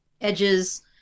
edges